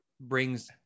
brings